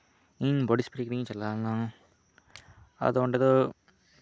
ᱤᱧ ᱵᱚᱰᱤ ᱥᱯᱨᱮ ᱠᱤᱨᱤᱧ ᱤᱧ ᱪᱟᱞᱟᱣ ᱞᱮᱱᱟ ᱟᱫᱚ ᱚᱸᱰᱮ ᱫᱚ